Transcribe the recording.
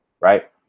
right